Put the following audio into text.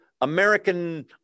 American